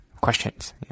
questions